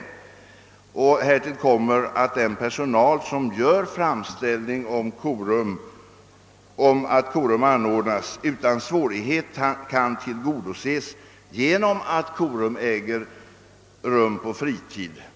Härtill kommer att den personal som gör framställning om att korum skall anordnas utan svårighet kan få sin önskan uppfylld genom att korum äger rum på fritid.